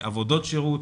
עבודות שירות,